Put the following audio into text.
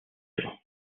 hecho